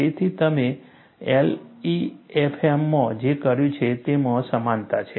તેથી તમે LEFM માં જે કર્યું છે તેમાં સમાનતા છે